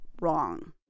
wrong